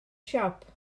siop